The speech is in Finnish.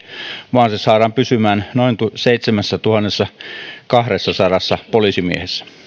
vaan se saadaan pysymään noin seitsemässätuhannessakahdessasadassa poliisimiehessä